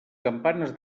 campanes